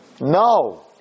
No